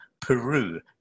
Peru